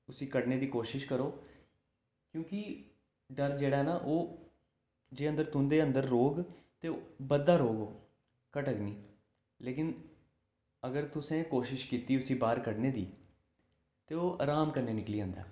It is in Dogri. उसी कड्ढने दी कोशिश करो क्योंकि डर जेह्ड़ा ऐ ना ओह् जे अंदर तुंदे अंदर रौह्ग ते बधदा रौह्ग ओह् घटग निं लेकिन अगर तुसें कोशिश कीती उसी बाहर कड्ढने दी ते ओह् अराम कन्नै निकली जंदा ऐ